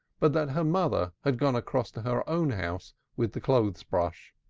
but that her mother had gone across to her own house with the clothes-brush.